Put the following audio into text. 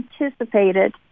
anticipated